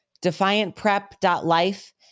DefiantPrep.life